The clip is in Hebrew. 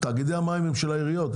תאגידי המים הם של העיריות,